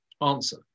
Answer